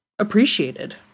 Appreciated